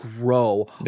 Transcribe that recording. grow